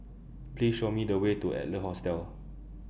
Please Show Me The Way to Adler Hostel